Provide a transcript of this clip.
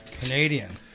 Canadian